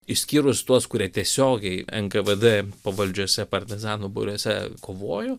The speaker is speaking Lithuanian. išskyrus tuos kurie tiesiogiai nkvd pavaldžiose partizanų būriuose kovojo